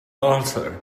author